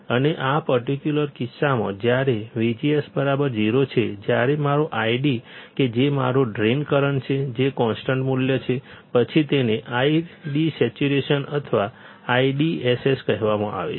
અને આ પર્ટિક્યુલર કિસ્સામાં જ્યારે VGS 0 છે જ્યારે મારો ID કે જે મારો ડ્રેઇન કરંટ છે જે કોન્સ્ટન્ટ મૂલ્ય છે પછી તેને ID Saturation અથવા IDSS કહેવામાં આવે છે